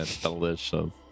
Delicious